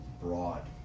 broad